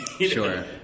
Sure